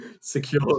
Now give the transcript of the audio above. Secure